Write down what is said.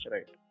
Right